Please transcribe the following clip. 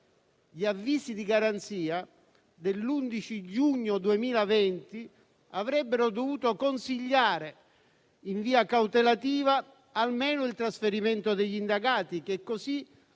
Gli avvisi di garanzia dell'11 giugno 2020 avrebbero dovuto consigliare in via cautelativa almeno il trasferimento degli indagati, che così